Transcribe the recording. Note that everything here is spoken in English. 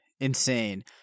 insane